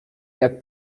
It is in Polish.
jak